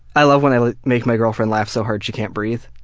i love when i make my girlfriend laugh so hard she can't breathe.